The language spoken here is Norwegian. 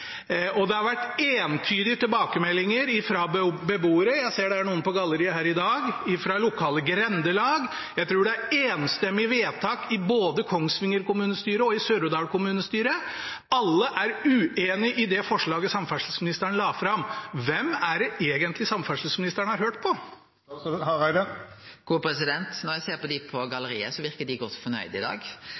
Det har vært entydige tilbakemeldinger fra beboere – jeg ser det er noen på galleriet her i dag – og fra lokale grendelag. Jeg tror det er enstemmige vedtak både i Kongsvinger kommunestyre og i Sør-Odal kommunestyre. Alle er uenig i det forslaget samferdselsministeren la fram. Hvem er det egentlig samferdselsministeren har hørt på? Når eg ser på dei på galleriet, ser dei godt fornøgde ut i dag.